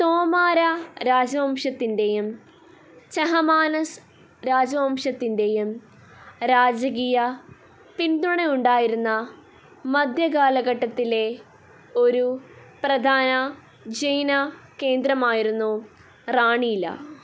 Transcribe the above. തോമാര രാജവംശത്തിന്റെയും ചഹമാനസ് രാജവംശത്തിന്റെയും രാജകീയ പിന്തുണയുണ്ടായിരുന്ന മധ്യകാലഘട്ടത്തിലെ ഒരു പ്രധാന ജൈന കേന്ദ്രമായിരുന്നു റാണീല